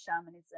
shamanism